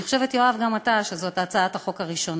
אני חושבת, יואב, שגם אתה, זאת הצעת החוק הראשונה.